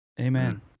Amen